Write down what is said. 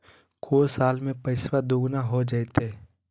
को साल में पैसबा दुगना हो जयते?